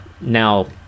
Now